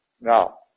Now